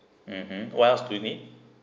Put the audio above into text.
mm mm what else do you need